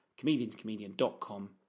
comedianscomedian.com